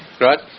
Right